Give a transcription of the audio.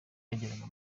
yageraga